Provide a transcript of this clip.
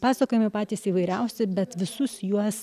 pasakojamai patys įvairiausi bet visus juos